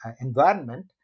environment